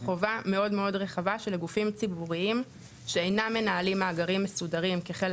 חובה מאוד מאוד רחבה שלגופים ציבוריים שאינם מנהלים מאגרים מסודרים כחלק